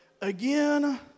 again